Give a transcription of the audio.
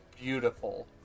beautiful